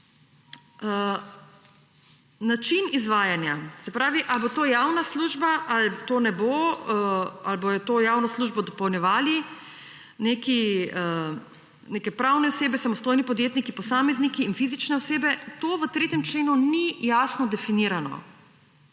Način izvajanja, ali bo to javna služba ali to ne bo, ali bojo to javno službo dopolnjevale neke pravne osebe, samostojni podjetniki posamezniki in fizične osebe, to v 3. členu ni jasno definirano.